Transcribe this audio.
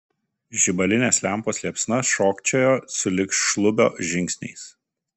žibalinės lempos liepsna šokčiojo sulig šlubio žingsniais